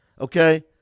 okay